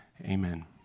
Amen